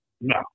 No